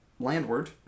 landward